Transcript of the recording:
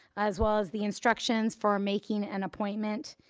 as well as the instructions for making an appointment.